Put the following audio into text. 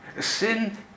Sin